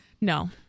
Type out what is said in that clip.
No